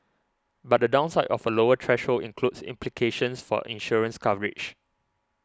but the downside of a lower threshold includes implications for insurance coverage